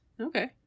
Okay